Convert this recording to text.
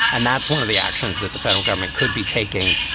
and that's one of the actions that the federal government could be taking.